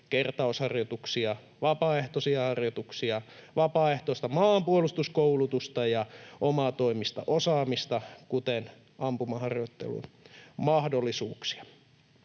kertausharjoituksia, vapaaehtoisia harjoituksia, vapaaehtoista maanpuolustuskoulutusta ja omatoimista osaamista, kuten ampumaharjoittelumahdollisuuksia.